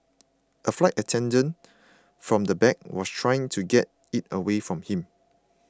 a flight attendant from the back was trying to get it away from him